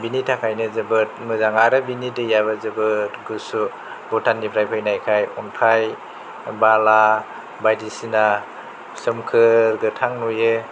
बिनि थाखायनो जोबोद मोजां आरो बिनि दैयाबो जोबोद गुसु भुटाननिफ्राय फैनायखाय अन्थाय बाला बायदिसिना सोमखोर गोथां नुयो